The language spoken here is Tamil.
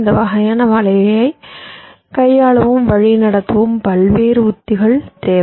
இந்த வகையான வலைகளை கையாளவும் வழிநடத்தவும் பல்வேறு உத்திகள் தேவை